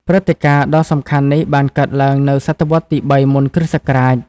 ព្រឹត្តិការណ៍ដ៏សំខាន់នេះបានកើតឡើងនៅសតវត្សរ៍ទី ៣ មុនគ.ស.។